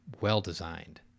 well-designed